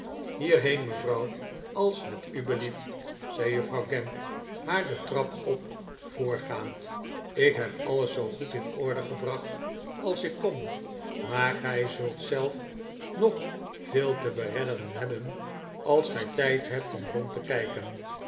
hierheen mevrouw als het u belieft zei juffrouw gamp haar de trap op voorgaand ik heb alles zoo goed in orde gebracht als ik kon maar gij zult zelf nog veel te beredderen hebben als gij tijd hebt om rond te kijken